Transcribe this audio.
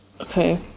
Okay